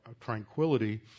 tranquility